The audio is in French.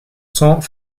cents